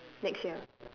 next year